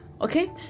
okay